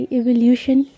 evolution